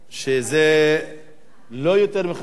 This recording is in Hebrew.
שזה לא יותר מחמש דקות.